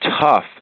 tough